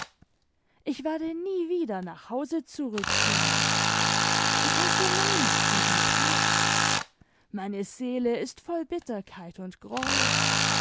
ich werde nie wieder nach hause zurückkehren ich hasse meinert wie die pest meine seele ist voll bitterkeit und groll